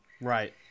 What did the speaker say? Right